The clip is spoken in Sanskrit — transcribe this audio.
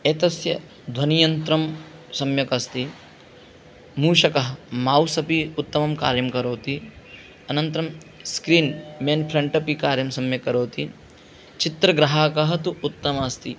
एतस्य ध्वनियन्त्रं सम्यक् अस्ति मूषकः मौस् अपि उत्तमं कार्यं करोति अनन्तरं स्क्रीन् मेन्फ्रण्ट् अपि कार्यं सम्यक् करोति चित्रग्राहकः तु उत्तम अस्ति